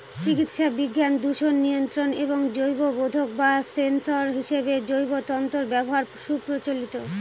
চিকিৎসাবিজ্ঞান, দূষণ নিয়ন্ত্রণ এবং জৈববোধক বা সেন্সর হিসেবে জৈব তন্তুর ব্যবহার সুপ্রচলিত